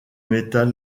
metal